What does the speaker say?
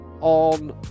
on